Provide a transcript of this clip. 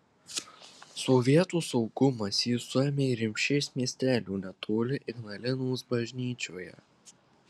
sovietų saugumas jį suėmė rimšės miestelio netoli ignalinos bažnyčioje